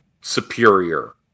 superior